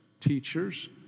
teachers